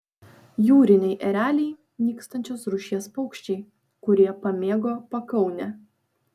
jūriniai ereliai nykstančios rūšies paukščiai kurie pamėgo pakaunę